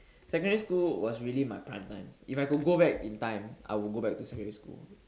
secondary school was really my prime time if I could go back in time I would go back to secondary school